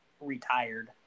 retired